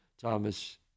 Thomas